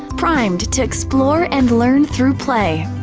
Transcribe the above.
primed to explore and learn through play.